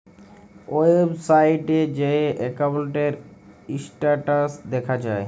ওয়েবসাইটে যাঁয়ে একাউল্টের ইস্ট্যাটাস দ্যাখা যায়